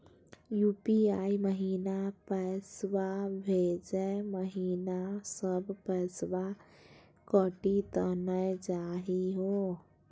UPI महिना पैसवा भेजै महिना सब पैसवा कटी त नै जाही हो?